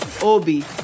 Obi